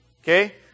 Okay